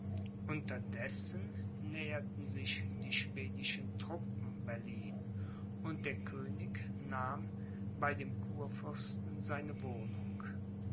unterdessen näherten sich die schwedischen truppen berlin und der könig nahm bei dem kurfürsten seine wohnung